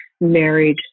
married